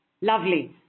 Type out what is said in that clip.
Lovely